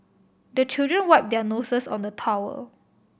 the children wipe their noses on the towel